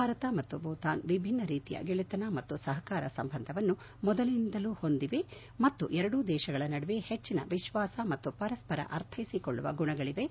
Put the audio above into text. ಭಾರತ ಮತ್ತು ಭೂತಾನ್ ವಿಭಿನ್ನ ರೀತಿಯ ಗೆಳೆತನ ಮತ್ತು ಸಹಕಾರ ಸಂಬಂಧವನ್ನು ಮೊದಲಿನಿಂದಲೂ ಹೊಂದಿವೆ ಮತ್ತು ಎರಡೂ ದೇಶಗಳ ನಡುವೆ ಹೆಚ್ಚಿನ ವಿಶ್ಲಾಸ ಮತ್ತು ಪರಸ್ರರ ಅರ್ಥೈಸಿಕೊಳ್ಳುವ ಗುಣಗಳಿವೆ